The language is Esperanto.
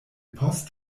post